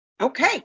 okay